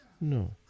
No